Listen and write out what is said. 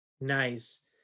Nice